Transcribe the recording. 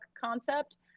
concept